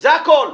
זה הכול.